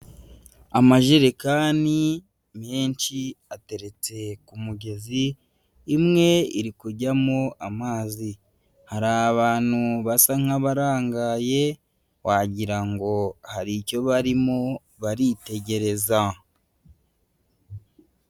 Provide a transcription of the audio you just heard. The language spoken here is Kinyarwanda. Amajerekani menshi ateretse ku mugezi, imwe iri kujyamo amazi, hari abantu basa nk'abarangaye, wagira ngo hari icyo barimo baritegereza.